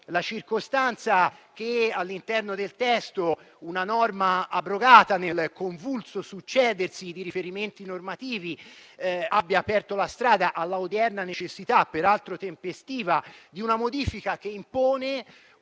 la circostanza che all'interno del testo una norma, abrogata nel convulso succedersi di riferimenti normativi, abbia aperto la strada all'odierna necessità, peraltro tempestiva, di una modifica che impone un nuovo passaggio